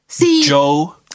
Joe